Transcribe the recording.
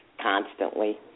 constantly